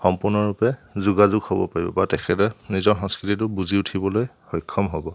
সম্পূৰ্ণৰূপে যোগাযোগ হ'ব পাৰিব বা তেখেতে নিজৰ সংস্কৃতিটো বুজি উঠিবলৈ সক্ষম হ'ব